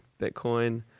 Bitcoin